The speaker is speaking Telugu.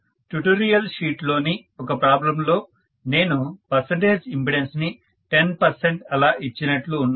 ట్యుటోరియల్ షీట్లోని ఒక ప్రాబ్లెమ్ లో నేను పర్సంటేజ్ ఇంపెడన్స్ ని 10 పర్సెంట్ అలా ఇచ్చినట్లు ఉన్నాను